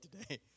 today